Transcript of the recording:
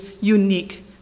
unique